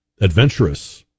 adventurous